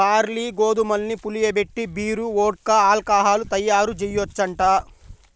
barley, గోధుమల్ని పులియబెట్టి beer, vodka, alcohol తయ్యారుజెయ్యొచ్చంట